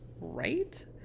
Right